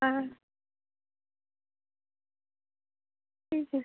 हाँ ठीक है